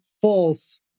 false